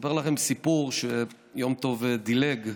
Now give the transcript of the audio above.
אספר לכם סיפור שיום טוב דילג עליו.